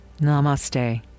Namaste